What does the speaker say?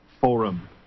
forum